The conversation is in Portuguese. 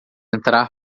entrar